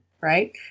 right